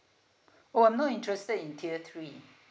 oh I'm not interested in tier three